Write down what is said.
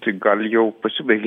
tai gal jau pasibaigė